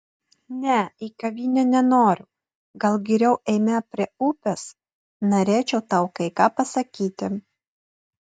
ne į kavinę nenoriu gal geriau eime prie upės norėčiau tau kai ką pasakyti